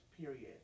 Period